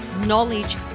knowledge